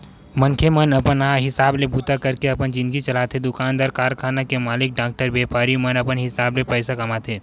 मनखे मन अपन हिसाब ले बूता करके अपन जिनगी चलाथे दुकानदार, कारखाना के मालिक, डॉक्टर, बेपारी मन अपन हिसाब ले पइसा कमाथे